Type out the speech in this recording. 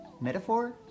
metaphor